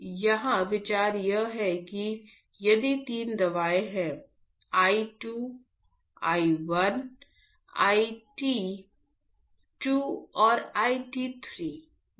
तो यहां विचार यह है कि यदि तीन दवाएं हैं I 2 आईटी 1 आईटी 2 और आईटी 3